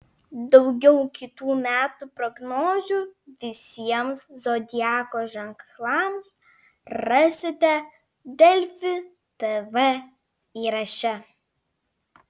daugiau kitų metų prognozių visiems zodiako ženklams rasite delfi tv įraše